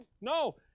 No